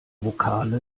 vokale